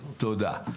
תודה.